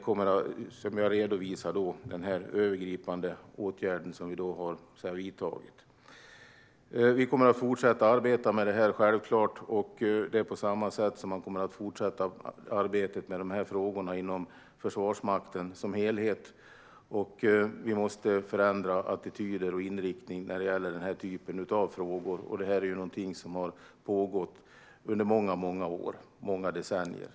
Som jag redovisade har vi vidtagit en övergripande åtgärd. Vi kommer självklart att fortsätta arbeta med det här på samma sätt som man kommer att fortsätta arbeta med frågorna inom Försvarsmakten som helhet. Vi måste förändra attityder och inriktning när det gäller dessa frågor. Det här är ju någonting som har pågått under många år och många decennier.